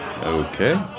Okay